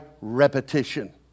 repetition